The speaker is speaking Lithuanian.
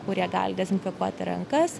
kurie gali dezinfekuoti rankas